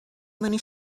many